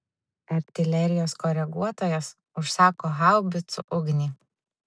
artilerijos koreguotojas užsako haubicų ugnį